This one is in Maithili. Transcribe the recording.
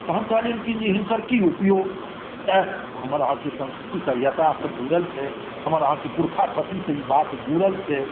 हम कहलियनि जे हिनकर की उपयोग जँ हमर अहाँकेँ संस्कृति सभ्यता से जुड़ल छै हमर अहाँकेँ पुरषा पति से ई बात जुड़ल छै